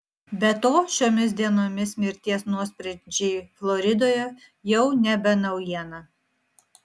be to šiomis dienomis mirties nuosprendžiai floridoje jau nebe naujiena